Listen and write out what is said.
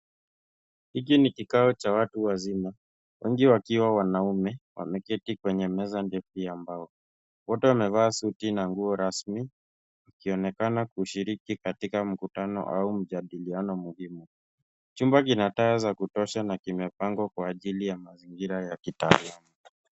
Hiki ni kikao cha watu wazima wengi wakiwa wanaume. Wameketi kwenye meza ndefu ya mbao. Wote wamevaa suti na nguo rasmi wakionekana kushiriki katika mkutano au mjadiliano muhimu. Chumba kina taa za kutosha na kimepangwa kwa ajili ya mazingira ya kitaalamu.